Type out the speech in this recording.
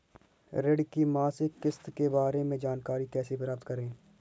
ऋण की मासिक किस्त के बारे में जानकारी कैसे प्राप्त करें?